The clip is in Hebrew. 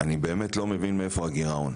אני באמת לא מבין מאיפה הגירעון.